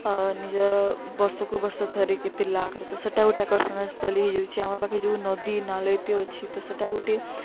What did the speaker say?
ନିଜର ବର୍ଷକୁ ବର୍ଷ ଧରି ଥିଲା ତ ସେଇଟା ଗୋଟେ ଆକର୍ଷଣୀୟ ସ୍ଥଳୀ ହେଇଯାଉଛି ଆମ ପାଖେ ଯେଉଁ ନଦୀ ନାଳ ଇତ୍ୟାଦି ଅଛି ତ ସେଇଟା ଗୋଟେ